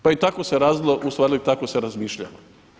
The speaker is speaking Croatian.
Pa i tako se radilo, ustvari tako se razmišljalo.